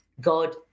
God